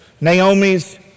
Naomi's